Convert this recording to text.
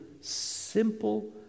simple